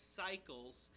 cycles